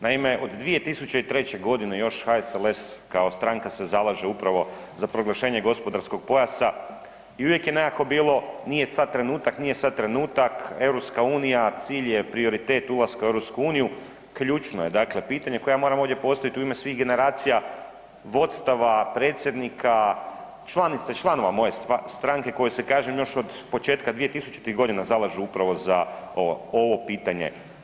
Naime, od 2003.g. još HSLS kao stranka se zalaže upravo za proglašenje gospodarskog pojasa i uvijek je nekako bilo nije sad trenutak, nije sad trenutak, EU cilj je prioritet ulaska u EU, ključno je dakle pitanje koje ja moram ovdje postaviti u ime svih generacija, vodstava, predsjednika, članica i članova moje stranke koje se kažem od početka 2000. godina zalažu upravo za ovo pitanje.